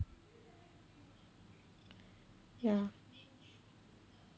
ya